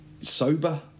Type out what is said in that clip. sober